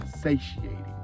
satiating